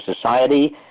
society